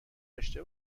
داشته